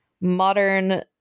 modern